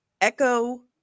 Echo